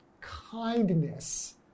kindness